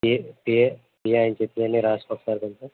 ఏ ఏ ఏ ఆయన చెప్పారని రాసుకొస్తామని తెలుసా